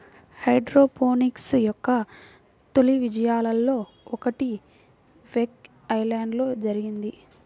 hydroponics యొక్క తొలి విజయాలలో ఒకటి వేక్ ఐలాండ్లో జరిగింది